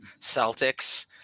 Celtics